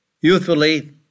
youthfully